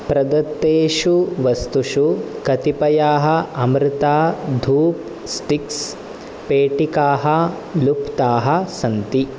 प्रदत्तेषु वस्तुषु कतिपयाः अमृता धूप् स्टिक्स् पेटिकाः लुप्ताः सन्ति